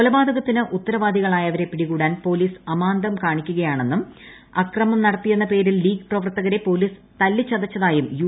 കൊലപാതകത്തിന് ഉത്തരവാദികളായവരെ പിടികൂടാൻ പോലീസ് അമാന്തം കാണിക്കുകയാണെന്നും അക്രമം നടത്തിയെന്ന പേരിൽ ലീഗ് പ്രവർത്തകരെ പോലീസ് തല്ലിച്ചതച്ചതായും യു